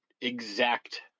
exact